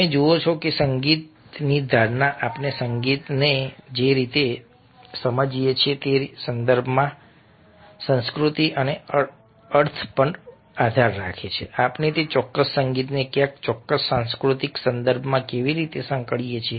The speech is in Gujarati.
તમે જુઓ છો કે સંગીતની ધારણા આપણે સંગીતને જે રીતે સમજીએ છીએ તે સંસ્કૃતિ અને અર્થ પર આધાર રાખે છે આપણે તે ચોક્કસ સંગીતને કયા ચોક્કસ સાંસ્કૃતિક સંદર્ભમાં કેવી રીતે સાંકળીએ છીએ